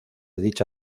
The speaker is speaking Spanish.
dicha